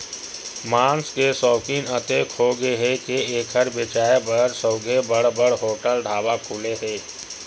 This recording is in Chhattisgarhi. मांस के सउकिन अतेक होगे हे के एखर बेचाए बर सउघे बड़ बड़ होटल, ढाबा खुले हे